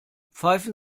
pfeifen